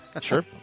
Sure